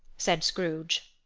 said scrooge,